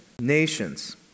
nations